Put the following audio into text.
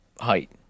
height